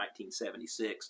1976